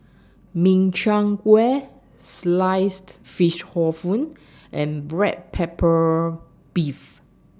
Min Chiang Kueh Sliced Fish Hor Fun and Black Pepper Beef